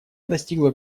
достигла